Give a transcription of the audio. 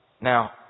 Now